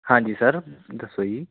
ਹਾਂਜੀ ਸਰ ਦੱਸੋ ਜੀ